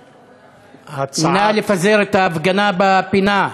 ההצעה, נא לפזר את ההפגנה בפינה.